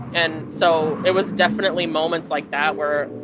and so it was definitely moments like that where,